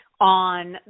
on